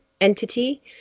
entity